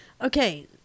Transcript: okay